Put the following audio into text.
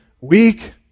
weak